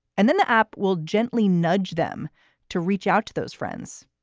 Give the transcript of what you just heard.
and then the app will gently nudge them to reach out to those friends,